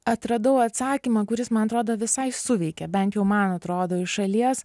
atradau atsakymą kuris man atrodo visai suveikė bent jau man atrodo iš šalies